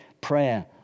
prayer